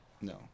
No